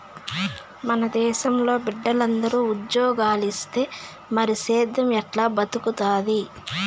మన దేశంలో బిడ్డలందరూ ఉజ్జోగాలిస్తే మరి సేద్దెం ఎట్టా బతుకుతాది